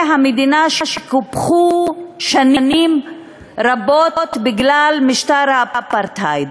המדינה שקופחו שנים רבות בגלל משטר האפרטהייד.